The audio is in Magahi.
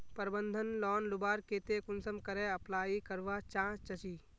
प्रबंधन लोन लुबार केते कुंसम करे अप्लाई करवा चाँ चची?